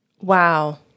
wow